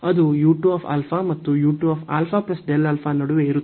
ಅದು u 2 α ಮತ್ತು u 2 α Δα ನಡುವೆ ಇರುತ್ತದೆ